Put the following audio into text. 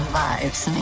lives